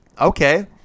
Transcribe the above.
okay